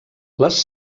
les